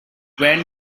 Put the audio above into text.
went